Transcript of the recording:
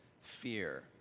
Fear